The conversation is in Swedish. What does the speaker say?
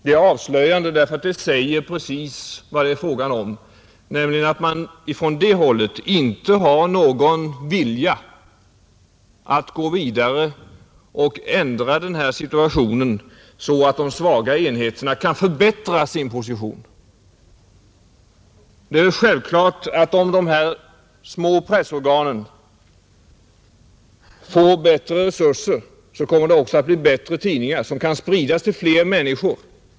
Det är avslöjande därför att det säger precis vad det är fråga om, nämligen att man på det hållet inte har någon vilja att gå vidare och ändra den rådande situationen, så att de svaga enheterna kan förbättra sin position. Det är självklart att om dessa små pressorgan får bättre resurser, så kommer det också att bli bättre tidningar, som kan spridas till fler människor.